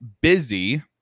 busy